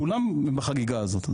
כולם בחגיגה הזאת.